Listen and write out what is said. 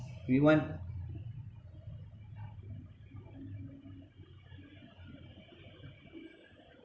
we want